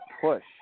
push